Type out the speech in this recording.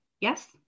yes